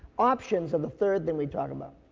options are the third thing we talk about.